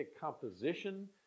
composition